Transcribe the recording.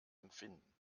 empfinden